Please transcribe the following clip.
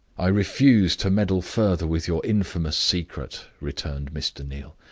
i refuse to meddle further with your infamous secret, returned mr. neal.